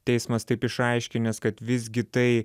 teismas taip išaiškinęs kad visgi tai